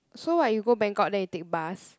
so what you go Bangkok then you take bus